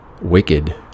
wicked